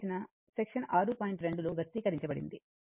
2 లో వ్యక్తీకరించబడింది